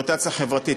עם אוריינטציה חברתית,